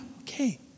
okay